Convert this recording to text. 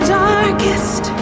darkest